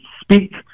speak